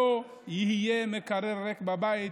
לא יהיה מקרר ריק בבית,